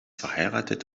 verheiratet